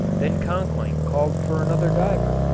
then conkling called for another diver,